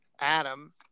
Adam